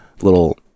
little